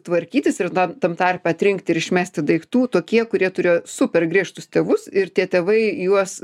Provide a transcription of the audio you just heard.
tvarkytis ir na tam tarpe atrinkti ir išmesti daiktų tokie kurie turėjo super griežtus tėvus ir tie tėvai juos